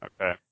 Okay